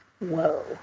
Whoa